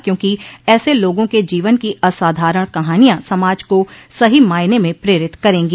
क्योंकि ऐसे लोगों के जीवन की असाधारण कहानियां समाज को सही मायने में प्रेरित करेंगी